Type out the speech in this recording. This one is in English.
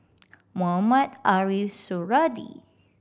Mohamed Ariff Suradi